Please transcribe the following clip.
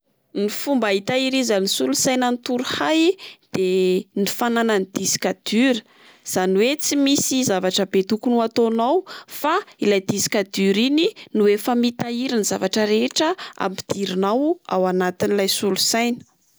Ny fomba hitahirizan'ny solosaina ny torohay de ny fananany disque dur ,izany oe tsy misy zavatra be tokony ho ataona fa ilay disque dur iny no efa mitahiry ny zavatra rehetra ampidirinao ao anatin'ilay solosaina.